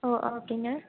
ஓ ஓகேங்க